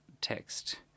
text